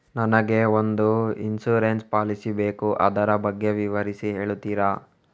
ನನಗೆ ಒಂದು insurance policy ಬೇಕು ಅದರ ಬಗ್ಗೆ ವಿವರಿಸಿ ಹೇಳುತ್ತೀರಾ?